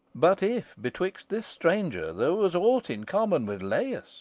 but if betwixt this stranger there was aught in common with laius,